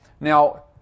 Now